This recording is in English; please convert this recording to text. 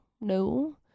no